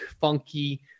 funky